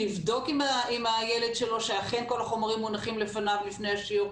לבדוק עם הילד שלו שאכן כל החומרים מונחים לפניו לפני השיעור.